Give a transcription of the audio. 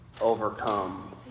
overcome